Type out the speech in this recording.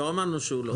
לא אמרנו שהוא לא טוב.